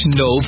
no